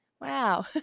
Wow